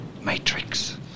Matrix